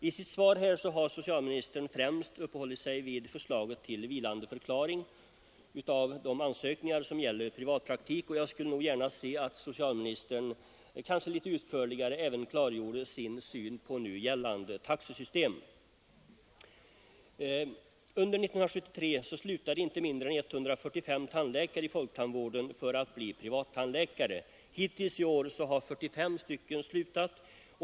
I sitt svar har socialministern främst uppehållit sig vid förslaget till vilandeförklaring av de ansökningar som gäller privatpraktik, och jag skulle gärna se att socialministern ' litet utförligare klargjorde sin syn på nu gällande taxesystem. Under 1973 slutade inte mindre 145 tandläkare i folktandvården för att bli privattandläkare. Hittills i år har 45 slutat.